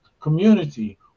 community